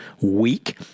week